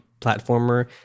platformer